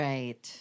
Right